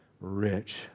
rich